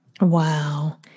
Wow